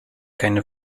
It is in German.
keine